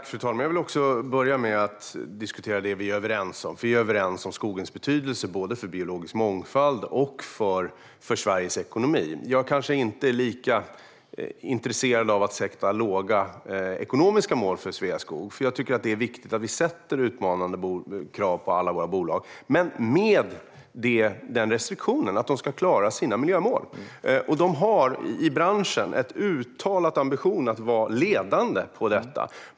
Fru talman! Jag vill börja med att diskutera det som vi är överens om: skogens betydelse både för biologisk mångfald och för Sveriges ekonomi. Jag kanske inte är lika intresserad av att sätta låga ekonomiska mål för Sveaskog. Jag tycker att det är viktigt att vi ställer utmanande krav på alla våra bolag, men med restriktionen att de ska klara sina miljömål. De har i branschen en uttalad ambition att vara ledande på detta.